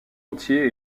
entier